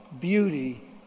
beauty